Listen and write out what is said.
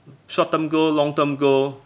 short term goal long term goal